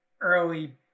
early